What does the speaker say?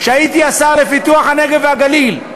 כשהייתי השר לפיתוח הנגב והגליל,